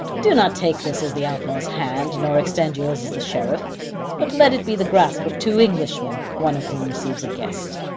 do not take this as the outlaw's hand, nor extend yours as the sheriff but let it be the grasp of two englishmen, one of whom receives a guest.